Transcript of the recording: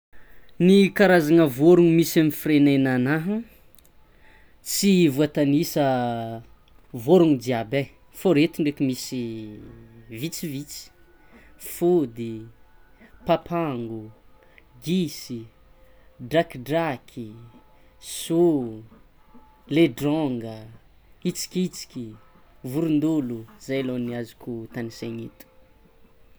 Ny karazana vorogno misy amy firenenana tsy voatanisa vorigno jiaby fa reto ndreky misy vitsivitsy fody, papango, gisy, drakidraky, sogno, ledronga, hitsikitsiky, vorondôlo, zay lo ny azoko tanisaina eto.